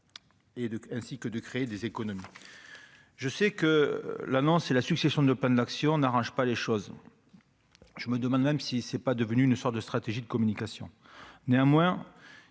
ainsi que de créer des économies, je sais que l'annonce, c'est la succession de pannes d'action n'arrange pas les choses, je me demande même si ce n'est pas devenu une sorte de stratégie de communication, néanmoins